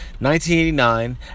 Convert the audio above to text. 1989